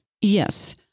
Yes